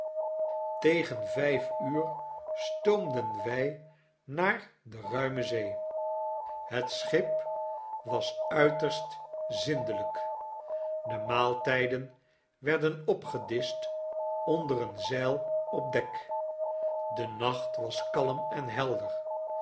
tegen vyf uur stoomden wij naar de ruime zee tafereelen uit italie het schip was uiterst zindelijk de maaltijden werden opgedischt onder een zeil opdek de nacht was kalm en helder